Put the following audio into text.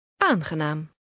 Aangenaam